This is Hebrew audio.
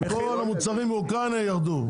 כל המוצרים מאוקראינה ירדו.